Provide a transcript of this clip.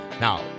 Now